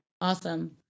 Awesome